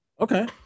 okay